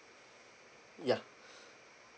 ya